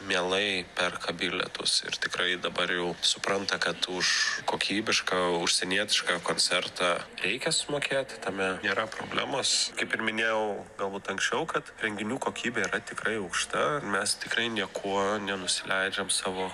mielai perka bilietus ir tikrai dabar jau supranta kad už kokybišką užsienietišką koncertą reikia sumokėt tame nėra problemos kaip ir minėjau galbūt anksčiau kad renginių kokybė yra tikrai aukšta mes tikrai niekuo nenusileidžiam savo